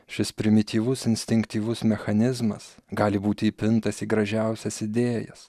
šis primityvus instinktyvus mechanizmas gali būti įpintas į gražiausias idėjas